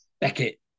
Beckett